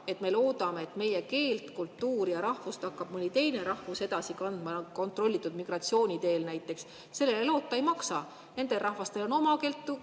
et me loodame, et meie keelt, kultuuri ja rahvust hakkab mõni teine rahvus edasi kandma kontrollitud migratsiooni teel näiteks, loota ei maksa. Nendel rahvastel on oma keel,